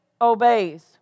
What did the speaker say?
obeys